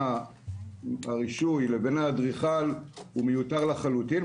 הרישוי לבין האדריכל הוא מיותר לחלוטין,